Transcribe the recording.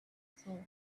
salt